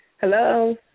Hello